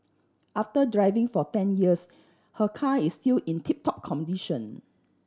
after driving for ten years her car is still in tip top condition